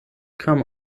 kam